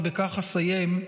ובכך אסיים,